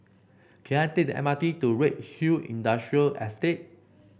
can I take the M R T to Redhill Industrial Estate